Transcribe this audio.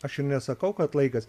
aš ir nesakau kad laikas